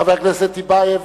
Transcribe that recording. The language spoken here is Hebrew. חבר הכנסת טיבייב.